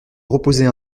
reposer